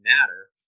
matter